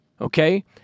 Okay